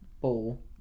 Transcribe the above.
ball